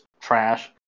trash